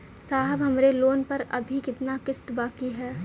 साहब हमरे लोन पर अभी कितना किस्त बाकी ह?